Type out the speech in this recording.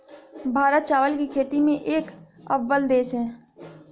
भारत चावल की खेती में एक अव्वल देश है